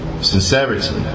Sincerity